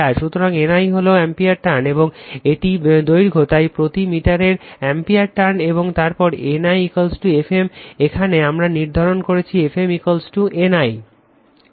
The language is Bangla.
সুতরাং N I হল অ্যাম্পিয়ার টার্ন এবং এটি দৈর্ঘ্য তাই প্রতি মিটারের অ্যাম্পিয়ার টার্ন এবং তারপর N I Fm এখানে আমরা নির্ধারন করেছি Fm N I